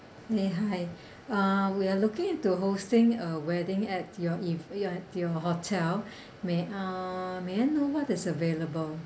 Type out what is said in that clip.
eh hi uh we are looking into hosting a wedding at your if your your hotel may uh may I know what is available